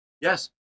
Yes